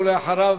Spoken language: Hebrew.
ואחריו,